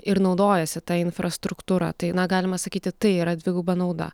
ir naudojasi ta infrastruktūra tai na galima sakyti tai yra dviguba nauda